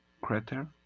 crater